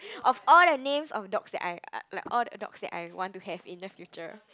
of all the name of dogs that I like all dogs I want to have in the future